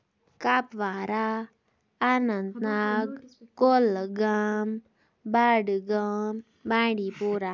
Kupwara Anantnag Kulgam Budgam بانڈی پوراہ